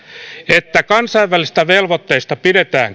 että kansainvälisistä velvoitteista pidetään